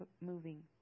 moving